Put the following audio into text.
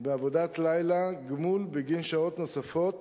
בעבודת לילה גמול בגין שעות נוספות.